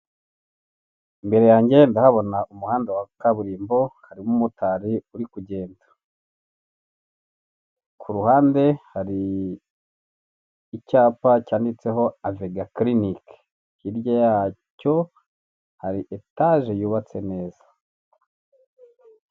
Imbere yanjye ndahabona umuhanda wa kaburimbo n'umumotari uri kuruhande hari icyapa cyanditseho avega clinic hirya yacyo hari etage yubatse neza .